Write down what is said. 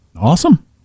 awesome